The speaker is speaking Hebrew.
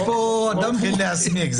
פה הוא מתחיל להסמיק.